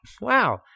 Wow